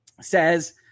says